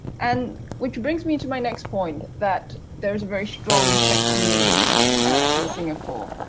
and which brings me to my next point that there's a very strong tech community in singapore.